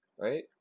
Right